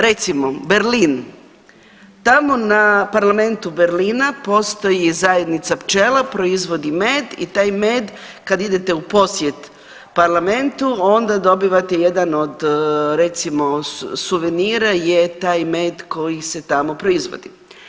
Recimo Berlin, tamo na parlamentu Berlina postoji zajednica pčela, proizvodi med i taj med kad idete u posjet parlamentu onda dobivate jedan od recimo suvenira je taj med koji se tamo proizvodi.